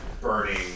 burning